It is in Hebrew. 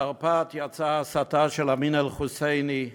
בתרפ"ט יצאה ההסתה של אמין אל-חוסייני,